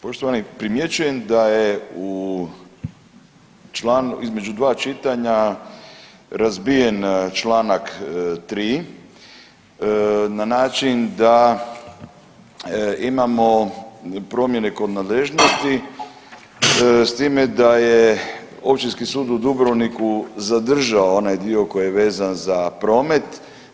Poštovani primjećujem da je između dva čitanja razbijen članak 3. na način da imamo promjene kod nadležnosti s time da je Općinski sud u Dubrovniku zadržao onaj dio koji je vezan za promet.